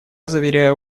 заверяю